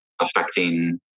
affecting